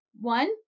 One